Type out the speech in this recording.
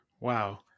Wow